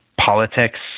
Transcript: politics